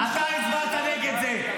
אתה הדיקטטור הכי גדול.